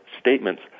statements